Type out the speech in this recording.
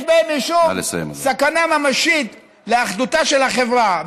בהם משום סכנה ממשית לאחדותה של החברה.